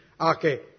Okay